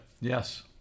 Yes